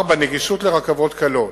4. נגישות לרכבות קלות,